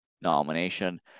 nomination